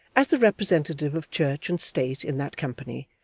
as the representative of church and state in that company,